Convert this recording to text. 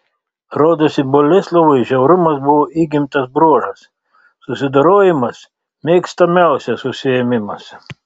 rodosi boleslovui žiaurumas buvo įgimtas bruožas susidorojimas mėgstamiausias užsiėmimas